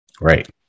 right